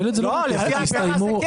שלד הוא לא מעטפת;